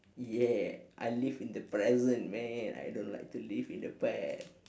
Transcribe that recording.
ya I live in the present man I don't like to live in the past